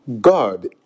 God